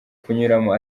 kunyuramo